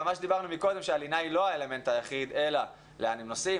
אבל דיברנו מקודם שהלינה היא לא האלמנט היחיד אלא לאן הם נוסעים,